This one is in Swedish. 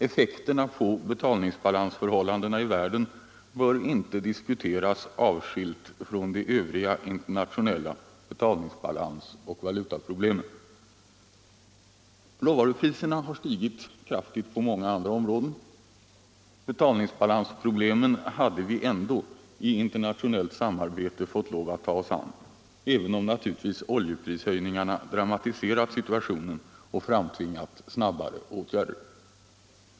Effekterna på betalningsbalansförhållandena i världen bör inte diskuteras avskilt från de övriga internationella betalningsbalansoch valutaproblemen. Råvarupriserna har stigit kraftigt på många andra områden. Betalningsbalansproblemen hade vi ändå i internationellt samarbete fått lov att ta oss an, även om naturligtvis oljeprishöjningarna dramatiserat situationen och framtvingat snabbare åtgärder.